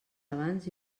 abans